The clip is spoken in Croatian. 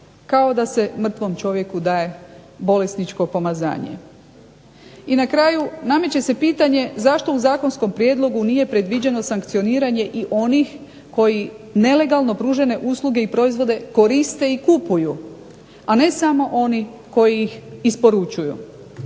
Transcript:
Kao da se mrtvom čovjeku daje bolesničko pomazanje. I na kraju nameće se pitanje zašto u zakonskom prijedlogu nije predviđeno sankcioniranje onih koji nelegalno pružene usluge i proizvode koriste i kupuju a ne samo oni koji ih isporučuju.